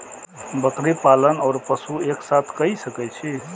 बकरी पालन ओर पशु एक साथ कई सके छी?